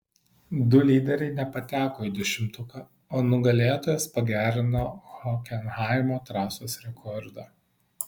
du lyderiai nepateko į dešimtuką o nugalėtojas pagerino hokenhaimo trasos rekordą